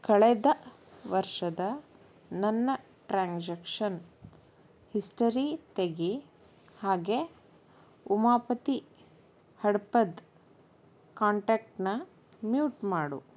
ಕಳೆದ ವರ್ಷದ ನನ್ನ ಟ್ರಾನ್ಸಾಕ್ಷನ್ ಹಿಸ್ಟರಿ ತೆಗೆ ಹಾಗೇ ಉಮಾಪತಿ ಹಡ್ಪದ್ ಕಾಂಟ್ಯಾಕ್ಟ್ನ ಮ್ಯೂಟ್ ಮಾಡು